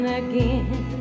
again